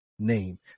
name